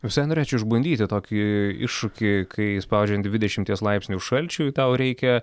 visai norėčiau išbandyti tokį iššūkį kai spaudžiant dvidešimties laipsnių šalčiui tau reikia